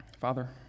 Father